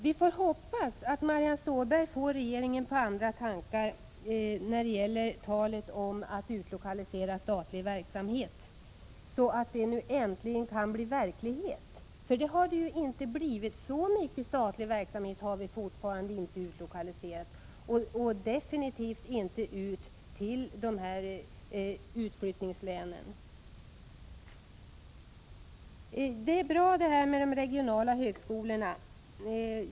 Vi får hoppas att Marianne Stålberg får regeringen på andra tankar i fråga om att utlokalisera statlig verksamhet, så att det nu äntligen kan bli verklighet, för det har det ju inte blivit. Så mycket statlig verksamhet har fortfarande inte utlokaliserats och definitivt inte till utflyttningslänen. Det är bra med de regionala högskolorna.